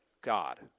God